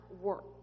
work